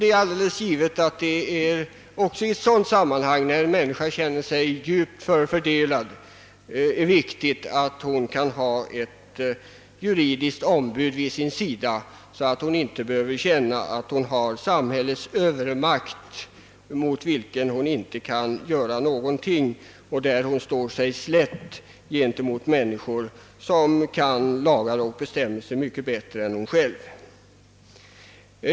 Det är alldeles givet att det också i ett sådant sammanhang, när en människa känner sig djupt förfördelad, är viktigt att hon får ett juri diskt ombud vid sin sida, så att hon inte behöver tycka att hon har samhällets övermakt emot sig och att hon står sig slätt gentemot människor som kan lagar och bestämmelser mycket bättre än hon själv.